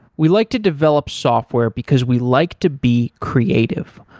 we like to develop software, because we like to be creative.